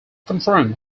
confirmed